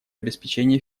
обеспечения